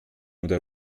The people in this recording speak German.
oder